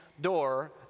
door